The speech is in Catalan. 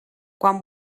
quan